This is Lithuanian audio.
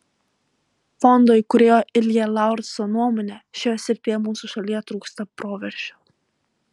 fondo įkūrėjo ilja laurso nuomone šioje srityje mūsų šalyje trūksta proveržio